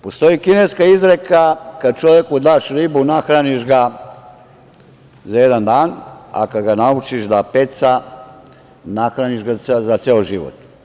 Postoji kineska izreka - kada čoveku daš ribu nahraniš ga za jedan dan, a kada ga naučiš da peca nahraniš ga za ceo život.